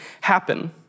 happen